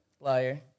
Liar